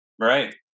Right